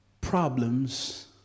problems